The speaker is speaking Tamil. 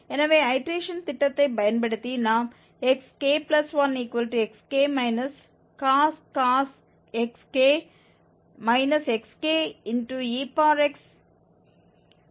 எனவே ஐடேரேஷன் திட்டத்தைப் பயன்படுத்தி நாம் xk1xk ஐ பெறுகிறோம்